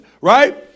Right